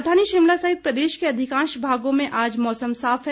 राजधानी शिमला सहित प्रदेश के अधिकांश भागों में आज मौसम साफ है